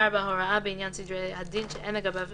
(4) הוראה בעניין סדרי הדין שאין לגביו